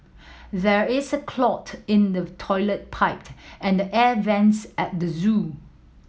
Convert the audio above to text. there is a clot in the toilet pipe and the air vents at the zoo